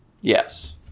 Yes